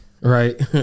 right